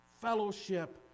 fellowship